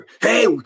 hey